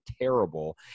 terrible